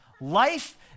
Life